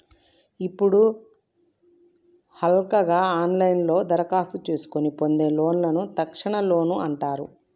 ఇప్పుడు హల్కగా ఆన్లైన్లోనే దరఖాస్తు చేసుకొని పొందే లోన్లను తక్షణ లోన్ అంటారు